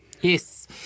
Yes